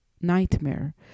nightmare